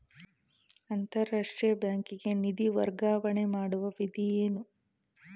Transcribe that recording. ಅಂತಾರಾಷ್ಟ್ರೀಯ ಬ್ಯಾಂಕಿಗೆ ನಿಧಿ ವರ್ಗಾವಣೆ ಮಾಡುವ ವಿಧಿ ಏನು?